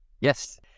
Yes